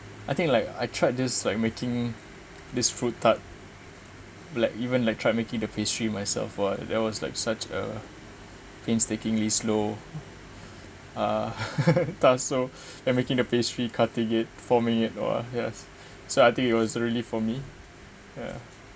I think like I tried this like making this fruit tart like even like tried making the pastry myself !wah! there was like such a painstakingly slow uh task so and making the pastry cutting it forming it oh yes so I think it was really for me